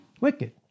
wicked